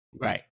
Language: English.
right